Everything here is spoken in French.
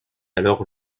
alors